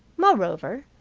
moreover,